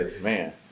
Man